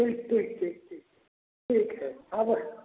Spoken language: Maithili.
ठीक ठीक ठीक ठीक ठीक छै आबै छी